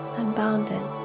unbounded